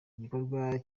gikorwa